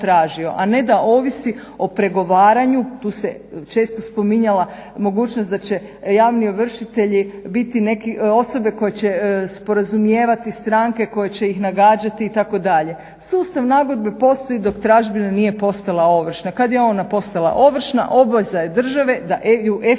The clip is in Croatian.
a ne da on ovisi o pregovaranju. Tu se često spominjala mogućnost da se javni ovršitelji biti osobe koje će sporazumijevati stranke, koji će ih nagađati itd. sustav nagodbe postoji dok tražbina nije postala ovršna. Kada je ona postala ovršna obveza je države da efikasno